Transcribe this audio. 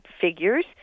figures